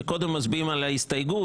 שקודם מצביעים על הסתייגות,